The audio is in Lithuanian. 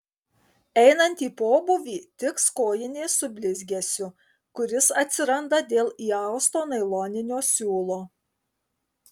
einant į pobūvį tiks kojinės su blizgesiu kuris atsiranda dėl įausto nailoninio siūlo